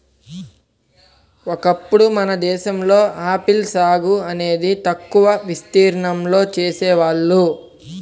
ఒకప్పుడు మన దేశంలో ఆపిల్ సాగు అనేది తక్కువ విస్తీర్ణంలో చేసేవాళ్ళు